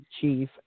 chief